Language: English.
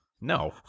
No